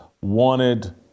wanted